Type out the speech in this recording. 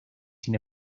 sin